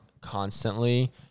constantly